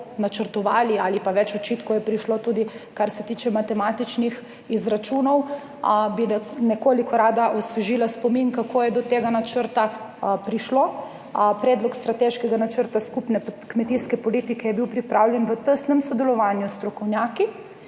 načrtovali, več očitkov je prišlo tudi glede matematičnih izračunov. Rada bi nekoliko osvežila spomin, kako je do tega načrta prišlo. Predlog strateškega načrta skupne kmetijske politike je bil pripravljen v tesnem sodelovanju s strokovnjaki,